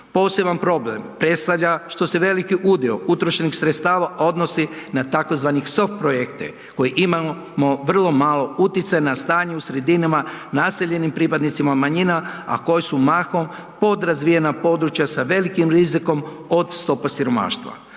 Poseban problem predstavlja što se veliki udio utrošenih sredstava odnosi na tzv. soft projekte koje imamo vrlo malo uticaj na stanje u sredinama naseljenim pripadnicima manjina, a koje su mahom podrazvijena područja sa velikim rizikom od stopa siromaštva.